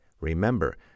Remember